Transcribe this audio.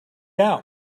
out